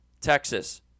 Texas